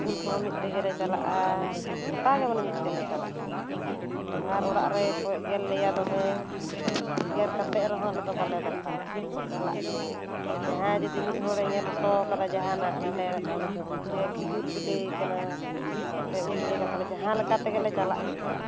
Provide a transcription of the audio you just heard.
school ᱠᱚᱦᱚᱸ ᱢᱤᱫ ᱛᱮᱜᱮ ᱞᱮ ᱪᱟᱞᱟᱜᱼᱟ ᱜᱚᱴᱟ ᱜᱮ ᱢᱟᱱᱮ ᱢᱤᱫ ᱛᱮᱜᱮ ᱞᱮ ᱪᱟᱞᱟᱜᱼᱟ ᱟᱨ ᱚᱲᱟᱜ ᱨᱮᱠᱚ ᱮᱜᱮᱨ ᱞᱮᱭᱟ ᱫᱚᱢᱮ ᱮᱜᱮᱨ ᱠᱟᱛᱮ ᱨᱮᱦᱚᱸ ᱟᱞᱮ ᱫᱚ ᱵᱟᱞᱮ ᱵᱟᱛᱟᱣᱟ ᱪᱟᱞᱟᱜ ᱜᱮᱭᱟ ᱞᱮ ᱡᱟᱦᱟᱸᱭ ᱡᱩᱫᱤ ᱢᱤᱫ ᱦᱚᱲᱮ ᱧᱮᱞ ᱦᱚᱴᱚ ᱟᱠᱟᱫᱟ ᱦᱟᱱᱰᱮ ᱡᱮ ᱠᱷᱤᱡᱩᱨ ᱵᱤᱞᱤ ᱣᱟᱠᱟᱱᱟ ᱥᱮ ᱩᱞ ᱵᱤᱞᱤ ᱟᱠᱟᱱᱟ ᱛᱟᱦᱚᱞᱮ ᱡᱟᱦᱟᱸ ᱞᱮᱠᱟ ᱛᱮᱜᱮᱞᱮ ᱪᱟᱞᱟᱜ ᱜᱮᱭᱟ ᱟᱞᱮ